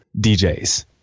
DJs